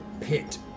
pit